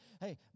Hey